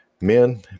men